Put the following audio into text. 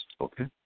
okay